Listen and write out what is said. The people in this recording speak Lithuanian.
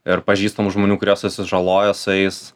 ir pažįstamų žmonių kurie susižaloja su jais